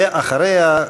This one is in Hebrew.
ואחריה,